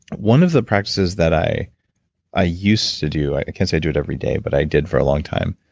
one of the practices that i i used to do, i can't say i do it every day, but i did for a long time,